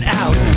out